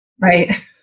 Right